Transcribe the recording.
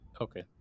okay